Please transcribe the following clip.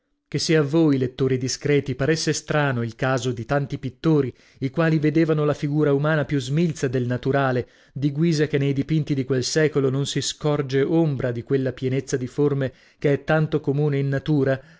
che se a voi lettori discreti paresse strano il caso di tanti pittori i quali vedevano la figura umana più smilza del naturale di guisa che nei dipinti di quel secolo non si scorge ombra di quella pienezza di forme che è tanto comune in natura